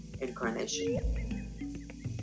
incarnation